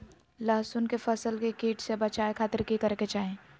लहसुन के फसल के कीट से बचावे खातिर की करे के चाही?